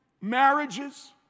marriages